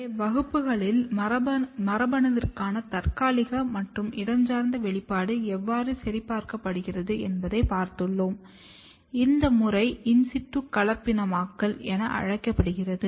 எனவே வகுப்புகளில் மரபணுவிற்கான தற்காலிக மற்றும் இடஞ்சார்ந்த வெளிப்பாடு எவ்வாறு சரிபார்க்கப்படுகிறது என்பதை பார்த்துள்ளோம் இந்த முறை இன் சிட்டு கலப்பினமாக்கல் என அழைக்கப்படுகிறது